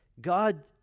God